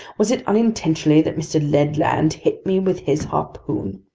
was it unintentionally that mr. ned land hit me with his harpoon?